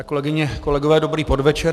Kolegyně, kolegové, dobrý podvečer.